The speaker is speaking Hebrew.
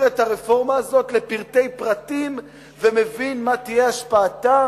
את הרפורמה הזאת לפרטי פרטים ומבין מה תהיה השפעתה,